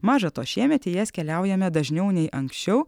maža to šiemet į jas keliaujame dažniau nei anksčiau